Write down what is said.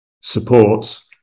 supports